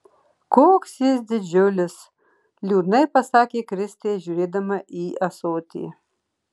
koks jis didžiulis liūdnai pasakė kristė žiūrėdama į ąsotį